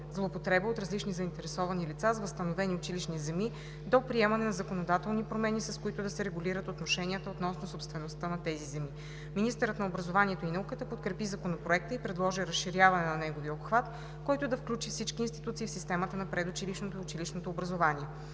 злоупотребата от различни заинтересовани лица с възстановени училищни земи до приемане на законодателни промени, с които да се регулират отношенията относно собствеността на тези земи. Министърът на образованието и науката подкрепи Законопроекта и предложи разширяване на неговия обхват, който да включи всички институции в системата на предучилищното и училищното образование.